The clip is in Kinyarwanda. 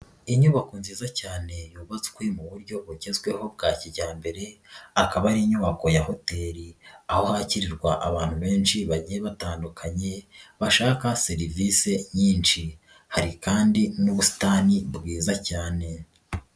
Inyubako nziza cyane yubatswe mu buryo bugezweho bwa kijyambere, akaba ari inyubako ya hoteli, aho hakirirwa abantu benshi bagiye batandukanye, bashaka serivisi nyinshi, hari kandi n'ubusitani bwiza cyane.